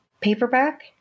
paperback